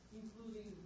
including